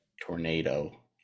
tornado